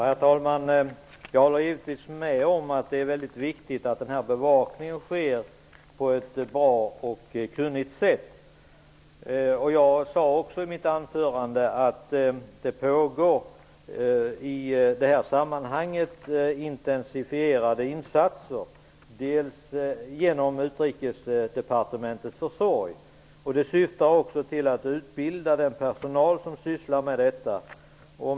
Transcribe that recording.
Herr talman! Jag håller givetvis med om att det är viktigt att denna bevakning sker på ett bra och kunnigt sätt. Jag sade också i mitt anförande att det i det här sammanhanget pågår intensifierade insatser genom Utrikesdepartementets försorg. De syftar också till att utbilda den personal som sysslar med detta.